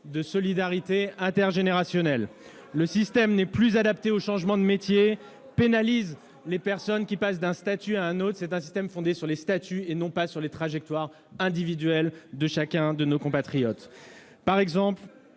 de solidarité intergénérationnelle. Le système n'est plus adapté aux changements de métier. Il pénalise les personnes qui passent d'un statut à un autre. C'est un système fondé sur les statuts, et non sur les trajectoires individuelles de chacun de nos compatriotes. Il ne